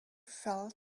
fell